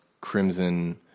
Crimson